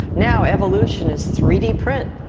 now evolution is three d print.